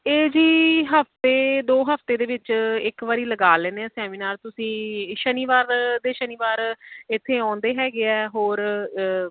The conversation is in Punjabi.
ਇਹ ਜੀ ਹਫ਼ਤੇ ਦੋ ਹਫ਼ਤੇ ਦੇ ਵਿੱਚ ਇੱਕ ਵਾਰੀ ਲਗਾ ਲੈਂਦੇ ਹਾਂ ਸੈਮੀਨਾਰ ਤੁਸੀਂ ਸ਼ਨੀਵਾਰ ਤੇ ਸ਼ਨੀਵਾਰ ਇੱਥੇ ਆਉਂਦੇ ਹੈਗੇ ਆ ਹੋਰ